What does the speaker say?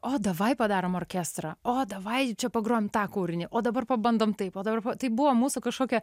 o davaj padarom orkestrą o davaj čia pagrojam tą kūrinį o dabar pabandom taip o dabar va taip buvo mūsų kažkokia